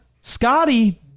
Scotty